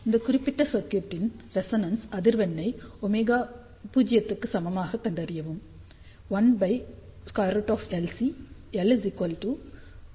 இந்த குறிப்பிட்ட சர்க்யூட்டின் ரெசொணன்ஸ் அதிர்வெண்ணை ஒமேகா 0 க்கு சமமாகக் கண்டறியவும் 1√LC L 16